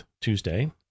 Tuesday